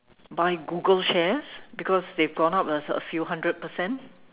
buy Google shares because they've gone up a a few hundred percent